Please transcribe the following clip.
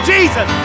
Jesus